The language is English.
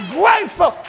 grateful